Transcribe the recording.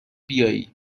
بیایی